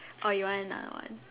or you want another one